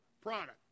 product